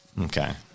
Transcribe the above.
Okay